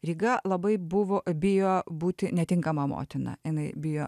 ryga labai buvo bijo būti netinkama motina jinai bijo